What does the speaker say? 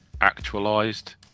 actualized